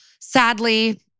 Sadly